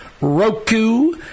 Roku